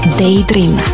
Daydream